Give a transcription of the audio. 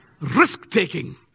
risk-taking